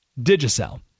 Digicel